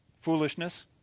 foolishness